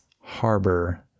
harbor